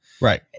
Right